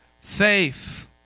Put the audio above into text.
faith